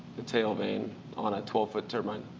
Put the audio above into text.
the tail vane on a twelve foot turbine.